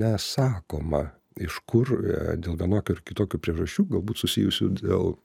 nesakoma iš kur dėl vienokių ar kitokių priežasčių galbūt susijusių dėl